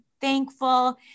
thankful